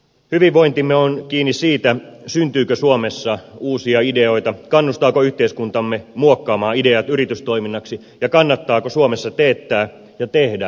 hyvinvointimme on kiinni siitä syntyykö suomessa uusia ideoita kannustaako yhteiskuntamme muokkaamaan ideat yritystoiminnaksi ja kannattaako suomessa teettää ja tehdä työtä